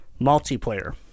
multiplayer